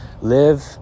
live